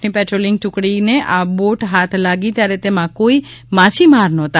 ની પેટ્રોલિંગ ટૂકડીને આ બોટ હાથ લાગી ત્યારે તેમાં કોઇ માછીમાર નહોતા